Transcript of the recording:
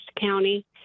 county